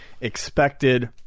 expected